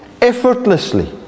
effortlessly